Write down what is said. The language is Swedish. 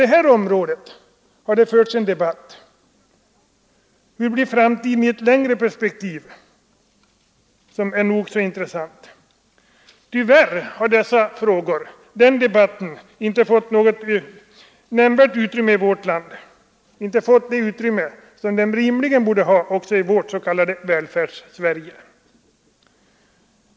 Debatten om hur framtiden kan bli i ett längre perspektiv är nog så intressant. Tyvärr har den debatten inte fått något nämnvärt utrymme i vårt land, inte det utrymme som den rimligen borde ha fått i vårt s.k. Välfärdssverige.